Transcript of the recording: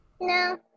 No